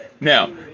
now